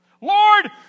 Lord